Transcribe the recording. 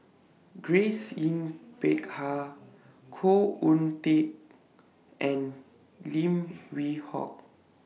Grace Yin Peck Ha Khoo Oon Teik and Lim Yew Hock